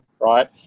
right